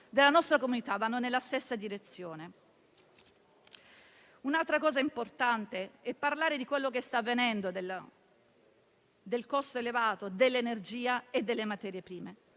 della nostra comunità - vanno nella stessa direzione. Un'altra cosa importante è parlare di quello che sta avvenendo sul fronte del costo elevato dell'energia e delle materie prime.